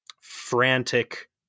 frantic